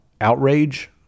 outrage